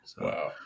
Wow